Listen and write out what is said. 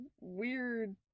weird